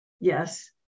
Yes